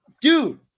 Dude